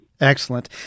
Excellent